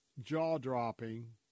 jaw-dropping